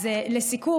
אז לסיכום,